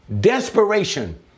desperation